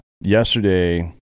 yesterday